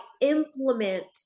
implement